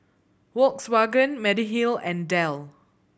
Volkswagen Mediheal and Dell